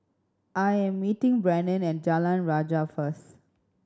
I am meeting Brennon at Jalan Rajah first